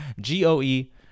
G-O-E